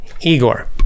Igor